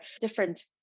different